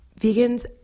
vegans